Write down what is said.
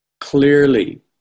clearly